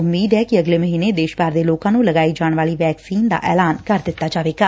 ਉਮੀਦ ਏ ਕਿ ਅਗਲੇ ਮਹੀਨੇ ਦੇਸ਼ ਭਰ ਦੇ ਲੋਕਾ ਨੂੰ ਲਗਾਈ ਜਾਣ ਵਾਲੀ ਵੈਕਸੀਨ ਦਾ ਐਲਾਨ ਕਰ ਦਿੱਤਾ ਜਾਵੇਗਾ